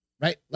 Right